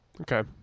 Okay